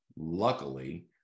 luckily